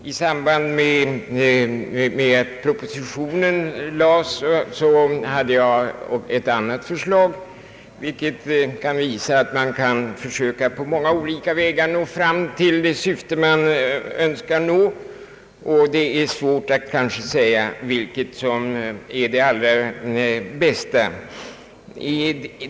I samband med propositionen väckte jag ett annat förslag, vilket visar att man kan försöka att på många olika vägar nå det syfte man önskar nå — det kan vara svårt att säga vilken som är den allra bästa.